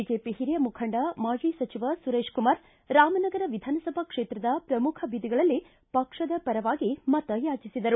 BJP ಹಿರಿಯ ಮುಖಂಡ ಮಾಜಿ ಸಚಿವ ಸುರೇಶ್ ಕುಮಾರ್ ರಾಮನಗರ ವಿಧಾನಸಭಾ ಕ್ಷೇತ್ರದ ಶ್ರಮುಖ ಬೀದಿಗಳಲ್ಲಿ ಪಕ್ಷದ ಪರವಾಗಿ ಮತಯಾಚಿಸಿದರು